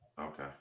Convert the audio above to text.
Okay